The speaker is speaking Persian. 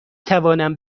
توانم